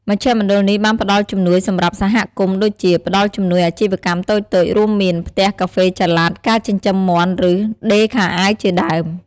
មជ្ឈមណ្ឌលនេះបានផ្ដល់ជំនួយសម្រាប់សហគមន៍ដូចជា ផ្ដល់់ជំនួយអាជីវកម្មតូចៗ រួមមាន ផ្ទះកាហ្វេចល័ត ការចិញ្ចឹមមាន់ ឬ ដេរខោអាវជាដើម។